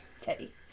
Teddy